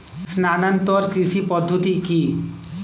স্থানান্তর কৃষি পদ্ধতি কি?